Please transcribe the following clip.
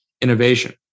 innovation